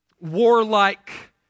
warlike